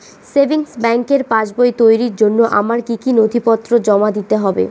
Savings ব্যাংকের পাসবই তৈরির জন্য আমার কি কি নথিপত্র জমা দিতে হবে?